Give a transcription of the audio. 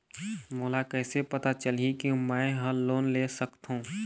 मोला कइसे पता चलही कि मैं ह लोन ले सकथों?